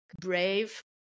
brave